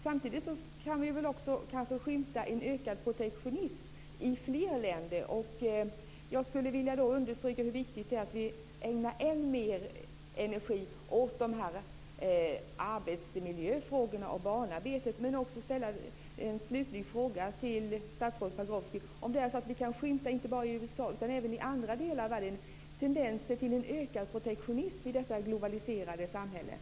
Samtidigt kan vi kanske också skymta en ökad protektionism i flera länder. Jag skulle vilja understryka hur viktigt det är att vi ägnar än mer energi åt arbetsmiljöfrågorna och barnarbetet. Pagrotsky, om det är så att vi inte bara i USA utan även i andra delar av världen kan skymta tendenser till en ökad protektionism i det globaliserade samhället.